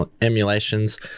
emulations